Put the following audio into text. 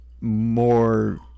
more